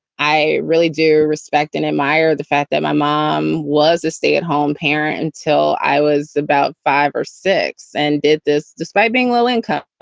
i really do respect and admire the fact that my mom was a stay at home parent until i was about five or six and did this, despite being low income,